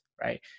right